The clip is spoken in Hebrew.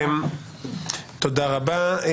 מהעובדה שלאורך השנים ניסו הרבה שרי משפטים